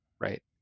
right